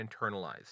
internalized